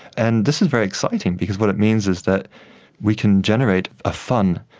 and this is very exciting because what it means is that we can generate a fun,